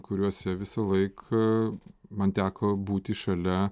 kuriuose visą laiką man teko būti šalia